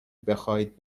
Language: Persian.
بخواهید